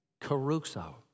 Caruso